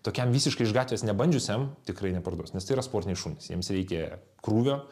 tokiam visiškai iš gatvės nebandžiusiam tikrai neparduos nes tai yra sportiniai šunys jiems reikia krūvio